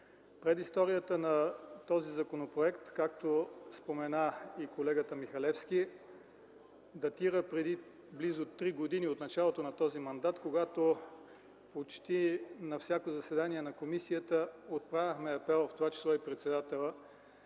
Предисторията на този законопроект, както спомена и колегата Михалевски, датира отпреди близо три години – от началото на този мандат, когато на почти всяко заседание на комисията отправяхме апел, в това число и председателят